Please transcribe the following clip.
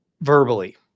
verbally